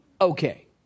Okay